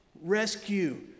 rescue